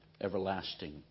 everlasting